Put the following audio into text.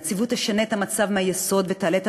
הנציבות תשנה את המצב מהיסוד ותעלה את